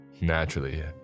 Naturally